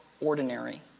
ordinary